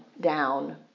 down